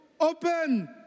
open